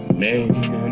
man